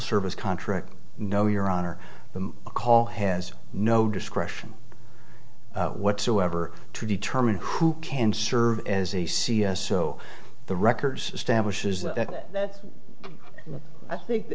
service contract no your honor but a call has no discretion whatsoever to determine who can serve as a c s so the records establishes that i think